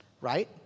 right